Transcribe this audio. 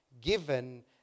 given